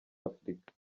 africa